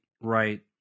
right